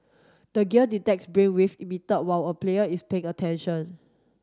the gear detects brainwave emitted while a player is paying attention